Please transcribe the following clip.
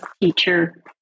teacher